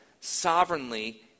sovereignly